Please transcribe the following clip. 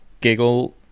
giggle